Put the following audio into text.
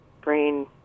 brain